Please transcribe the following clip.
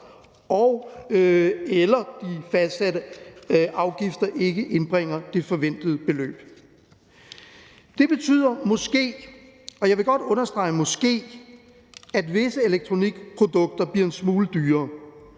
og/eller de fastsatte afgifter ikke indbringer det forventede beløb. Det betyder måske, og jeg vil godt understrege måske, at visse elektronikprodukter bliver en smule dyrere,